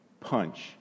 punch